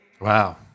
Wow